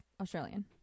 Australian